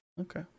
Okay